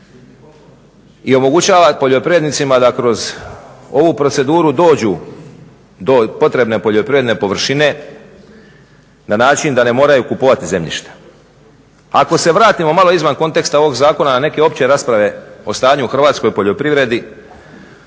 i omogućava poljoprivrednicima da kroz ovu proceduru dođu do potrebne poljoprivredne površine na način da ne moraju kupovati zemljište. Ako se vratimo malo izvan konteksta na neke opće rasprave o stanju u hrvatskoj poljoprivredi